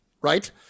right